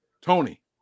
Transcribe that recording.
Tony